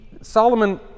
Solomon